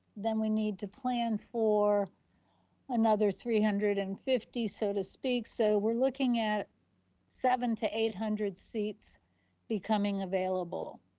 then we need to plan for another three hundred and fifty, so to speak. so we're looking at seven to eight hundred seats becoming available,